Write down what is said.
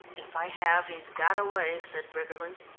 if i have, he's got away, said briggerland.